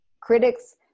critics